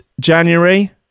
January